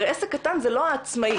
הרי עסק קטן זה לא העצמאי,